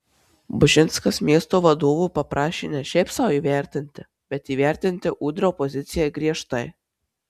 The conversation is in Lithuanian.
bužinskas miesto vadovų paprašė ne šiaip sau įvertinti bet įvertinti udrio poziciją griežtai